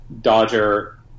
Dodger